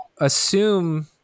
assume